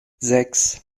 sechs